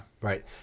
Right